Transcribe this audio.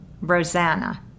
Rosanna